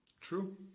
True